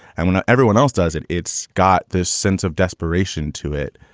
and when everyone else does it, it's got this sense of desperation to it.